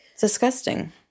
disgusting